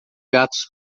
gatos